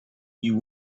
you